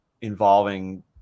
involving